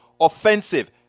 Offensive